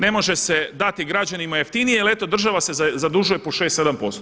Ne može se dati građanima jeftinije, ali eto država se zadužuje po 6, 7%